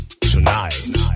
tonight